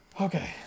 Okay